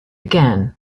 again